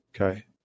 Okay